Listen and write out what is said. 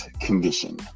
condition